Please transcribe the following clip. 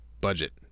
budget